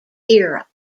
era